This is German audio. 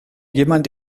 jemand